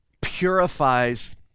purifies